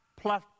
plus